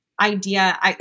idea